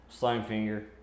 Slimefinger